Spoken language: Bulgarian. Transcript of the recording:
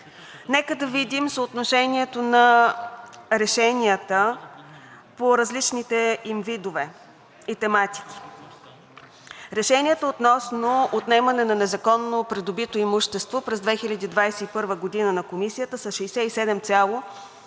Нека да видим съотношението на решенията по различните им видове и тематики. Решенията относно отнемане на незаконно придобито имущество през 2021 г. на Комисията са 67,4%